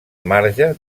marge